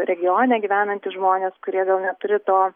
regione gyvenantys žmonės kurie gal neturi to